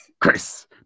Chris